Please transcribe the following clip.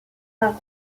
par